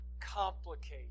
complicate